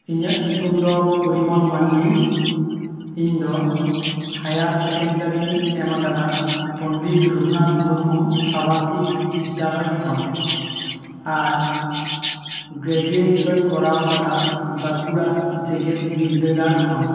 ᱤᱧᱟᱜ ᱧᱩᱛᱩᱢ ᱫᱚ ᱯᱚᱨᱤᱢᱚᱞ ᱢᱟᱱᱰᱤ ᱤᱧ ᱫᱚ ᱦᱟᱭᱟᱨ ᱥᱮᱠᱮᱱᱰᱮᱨᱮᱧ ᱮᱢ ᱟᱠᱟᱫᱟ ᱯᱚᱱᱰᱤᱛ ᱨᱟᱹᱜᱷᱩᱱᱛᱷ ᱢᱩᱨᱢᱩ ᱟᱵᱟᱥᱤᱠ ᱵᱤᱫᱽᱫᱭᱟᱞᱚᱭ ᱠᱷᱚᱱ ᱟᱨ ᱜᱨᱮᱡᱩᱣᱮᱴ ᱫᱚᱹᱧ ᱠᱚᱨᱟᱣ ᱟᱠᱟᱫᱟ ᱵᱟᱸᱠᱩᱲᱟ ᱡᱮᱜᱮᱛ ᱵᱤᱨᱫᱟᱹᱜᱟᱲ ᱠᱷᱚᱱ